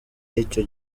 y’icyo